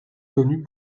connu